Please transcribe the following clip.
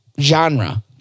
genre